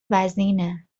وزینه